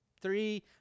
Three